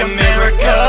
America